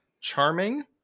charming